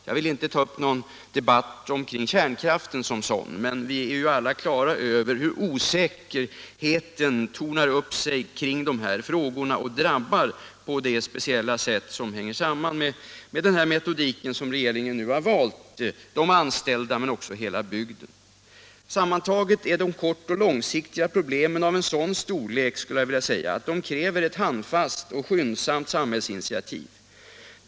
Jag vill inte ta upp någon debatt om kärnkraften som sådan, men vi är ju alla på det klara med hur osäkerheten växer beträffande de här frågorna och drabbar, på det speciella sätt som hänger samman med denna metodik som regeringen nu har valt, de anställda men också hela bygden. Sammantaget är de kort och långsiktiga problemen av en sådan storlek att de kräver ett handfast och skyndsamt samhällsinitiativ.